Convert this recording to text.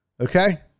Okay